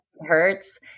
hurts